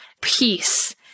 peace